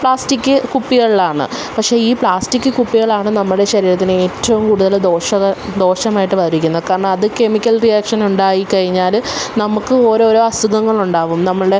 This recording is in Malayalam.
പ്ലാസ്റ്റിക്ക് കുപ്പികളിലാണ് പക്ഷേ ഈ പ്ലാസ്റ്റിക്ക് കുപ്പികളാണ് നമ്മുടെ ശരീരത്തിന് ഏറ്റവും കൂടുതൽ ദോഷക ദോഷമായിട്ട് ബാധിക്കുന്നത് കാരണം അത് കെമിക്കല് റിയാക്ഷനുണ്ടായി കഴിഞ്ഞാൽ നമുക്ക് ഓരോരോ അസുഖങ്ങളുണ്ടാവും നമ്മളുടെ